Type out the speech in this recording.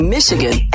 Michigan